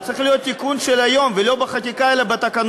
צריך להיות תיקון של היום, ולא בחקיקה אלא בתקנות.